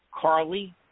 Carly